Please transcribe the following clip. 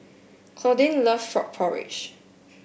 Claudine loves Frog Porridge